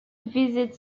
visit